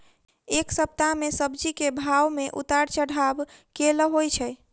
एक सप्ताह मे सब्जी केँ भाव मे उतार चढ़ाब केल होइ छै?